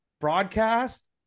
broadcast